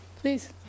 please